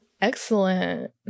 Excellent